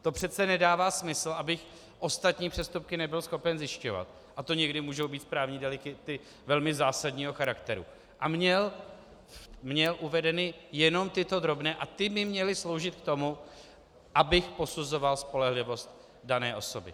To přece nedává smysl, abych ostatní přestupky nebyl schopen zjišťovat, a to někdy můžou být správní delikty velmi zásadního charakteru, a měl uvedeny jenom tyto drobné a ty by měly sloužit k tomu, abych posuzoval spolehlivost dané osoby.